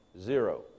Zero